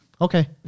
Okay